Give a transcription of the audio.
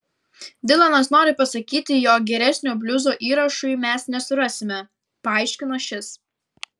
dilanas nori pasakyti jog geresnio bliuzo įrašui mes nesurasime paaiškino šis